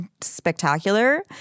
spectacular